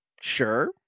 sure